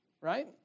right